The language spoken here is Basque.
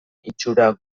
itxura